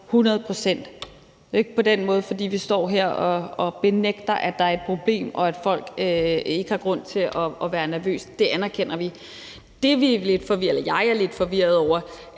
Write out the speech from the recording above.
osv. Det er jo ikke, fordi vi står her og benægter, at der er et problem, og siger, at folk ikke har grund til at være nervøse. Det anerkender vi. Det, jeg er lidt forvirret over,